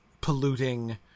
polluting